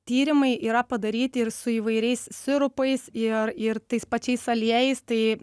tyrimai yra padaryti ir su įvairiais sirupais ir ir tais pačiais aliejais tai